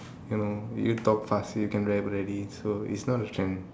you know you talk fast you can rap already so is not you can